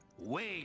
Wait